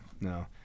no